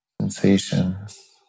sensations